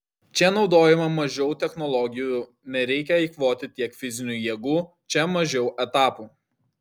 čia naudojama mažiau technologijų nereikia eikvoti tiek fizinių jėgų čia mažiau etapų